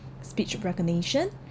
speech recognition